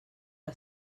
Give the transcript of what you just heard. que